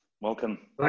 Welcome